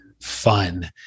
fun